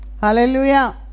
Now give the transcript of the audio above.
Hallelujah